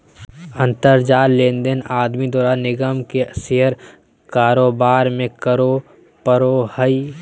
अंतर जाल लेनदेन आदमी द्वारा निगम के शेयर कारोबार में करे पड़ो हइ